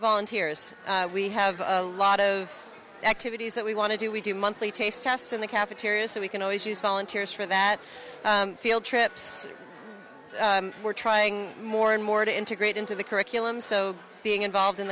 volunteers we have a lot of activities that we want to do we do monthly taste tests in the cafeteria so we can always use volunteers for that field trips we're trying more and more to integrate into the curriculum so being involved in